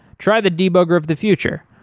try the debugger of the future.